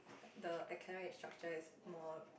like the academic structure is more